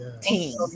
Team